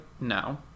no